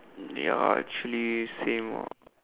ya actually same ah